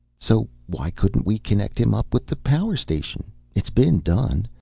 so why couldn't we connect him up with the power station? it's been done.